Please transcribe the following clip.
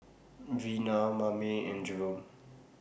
Vina Mame and Jerome